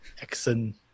accent